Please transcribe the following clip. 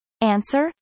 Answer